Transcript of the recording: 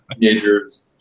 teenagers